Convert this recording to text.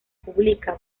publica